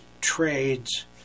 trades